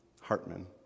Hartman